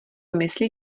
myslí